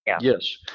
yes